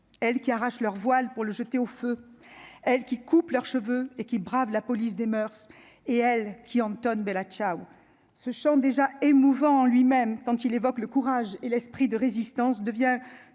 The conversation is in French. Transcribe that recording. elle qui arrachent leur voile pour le jeter au feu, elle qui coupent leurs cheveux et qui brave la police des moeurs et elle qui entonnent Bella ciao ce Champ déjà émouvant lui-même quand il évoque le courage et l'esprit de résistance devient